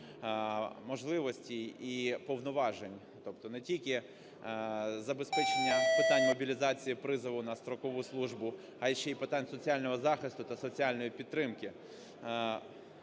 можливостей і повноважень. Тобто не тільки забезпечення питань мобілізації, призову на строкову службу, а ще і питань соціального захисту та соціальної підтримки.